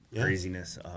craziness